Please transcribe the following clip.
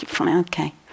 okay